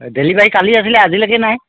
delivery কালি আছিলে আজিলৈকে নাই